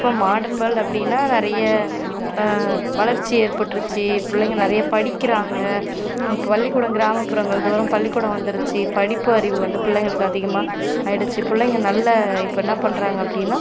இப்போ modern world அப்படின்னா நிறைய வளர்ச்சி ஏற்பட்டுருச்சு பிள்ளைங்க நிறைய படிக்கிறாங்க பள்ளிக்கூடம் கிராமப்புறங்கள் தோறும் பள்ளிக்கூடம் வந்துடுச்சு படிப்பறிவு வந்து பிள்ளைங்களுக்கு அதிகமாக ஆகிடுச்சி பிள்ளைங்க நல்லா இப்போ என்ன பண்ணுறாங்க அப்படின்னா